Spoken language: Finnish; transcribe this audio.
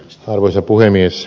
arvoisa puhemies